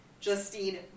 Justine